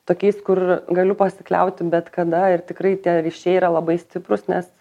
tokiais kur galiu pasikliauti bet kada ir tikrai tie ryšiai yra labai stiprūs nes